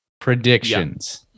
predictions